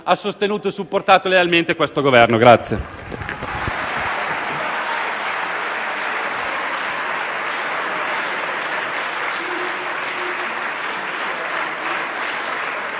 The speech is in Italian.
ha sostenuto e supportato lealmente questo Governo.